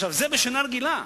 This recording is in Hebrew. זה בשנה רגילה.